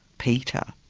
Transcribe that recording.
peter,